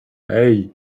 hey